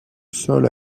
sol